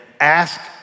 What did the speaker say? ask